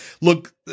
Look